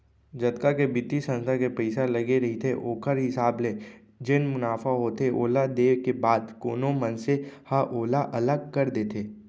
जतका के बित्तीय संस्था के पइसा लगे रहिथे ओखर हिसाब ले जेन मुनाफा होथे ओला देय के बाद कोनो मनसे ह ओला अलग कर देथे